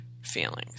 feelings